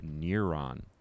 Neuron